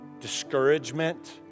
discouragement